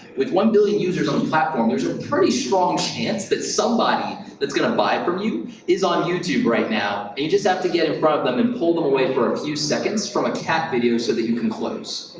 with one billion users on the platform, there's a pretty strong chance that somebody that's gonna buy from you is on youtube right now. you just have to get in front of them and pull them away for a few seconds from a cat video so that you can close.